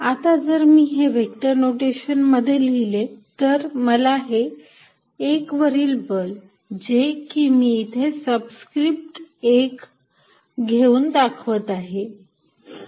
आता जर मी हे व्हेक्टर नोटेशन मध्ये लिहिले तर मला हे १ वरील बल जे की मी इथे सबस्क्रिप्ट १ घेऊन दाखवत आहे